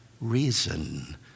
reason